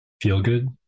feel-good